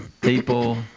people